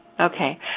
Okay